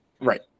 Right